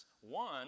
One